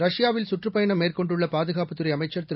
ரஷ்யாவில் கற்றப் பயணம் மேற்கொண்டுள்ள பாதுகாப்புத்துறை அமைச்சர் திரு